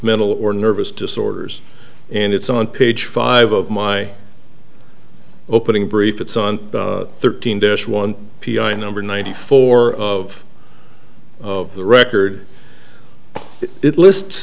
mental or nervous disorders and it's on page five of my opening brief it's on thirteen dish one number ninety four of of the record it lists